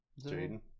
Jaden